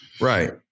Right